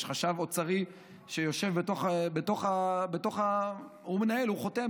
יש חשב אוצרי שיושב בתוך והוא מנהל והוא חותם.